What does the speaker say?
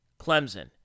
Clemson